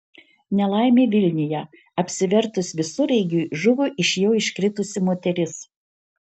nelaimė vilniuje apsivertus visureigiui žuvo iš jo iškritusi moteris